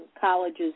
colleges